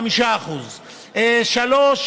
5%; 3,